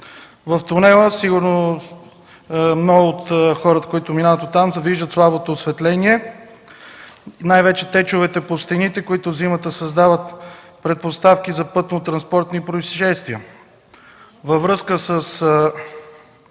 Гърция. Сигурно много от хората, които минават през тунела, виждат слабото осветление, най-вече течовете по стените, които зимата създават предпоставки за пътно-транспортни произшествия. Във връзка с